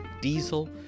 diesel